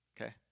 Okay